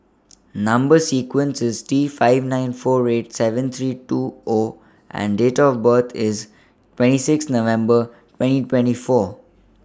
Number sequence IS T five nine four eight seven three two O and Date of birth IS twenty six November twenty twenty four